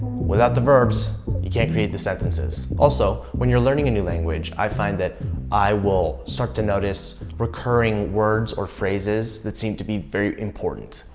without the verbs you can't create the sentences. also when you're learning a new language, i find that i will start to notice recurring words or phrases that seem to be very important.